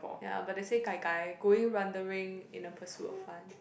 ya but they say gai gai going wondering in a pursuit of fun